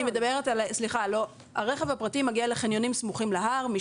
סליחה, הרכב הפרטי מגיע לחניונים סמוכים להר.